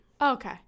okay